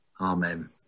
amen